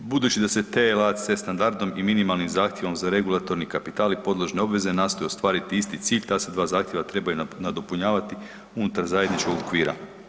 Budući da ste TLAC standardom i minimalnim zahtjevom za regulatorni kapital i podložne obveze nastoji ostvariti isti cilj, ta se dva zahtjeva trebaju nadopunjavati unutar zajedničkog okvira.